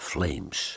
Flames